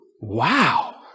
Wow